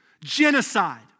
genocide